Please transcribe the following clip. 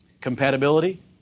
Compatibility